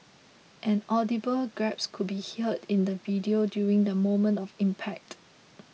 an audible gasp could be heard in the video during the moment of impact